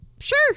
sure